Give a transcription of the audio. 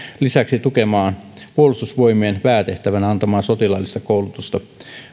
lisäksi tukemaan puolustusvoimien päätehtävän antamaa sotilaallista koulutusta